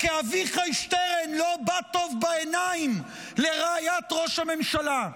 או כי אביחי שטרן לא בא טוב בעיניים לרעיית ראש הממשלה.